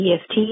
EFT